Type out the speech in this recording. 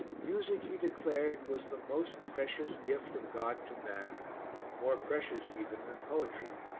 music, he declared, was the most precious gift of god to man more precious even than poetry.